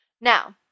Now